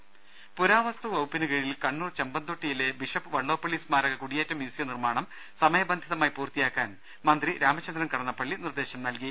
രദ്ദേഷ്ടങ പുരാവസ്തു വകുപ്പിന് കീഴിൽ കണ്ണൂർ ചെമ്പന്തൊട്ടിയിലെ ബിഷപ്പ് വ ള്ളോപ്പള്ളി സ്മാരക കുടിയേറ്റ മ്യൂസിയിനിർമ്മാണം സമയബന്ധിതമായി പൂർത്തിയാക്കാൻ മന്ത്രി രാമചന്ദ്രൻ കടന്നപ്പള്ളി നിർദേശം നൽകി